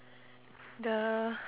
the